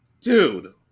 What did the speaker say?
dude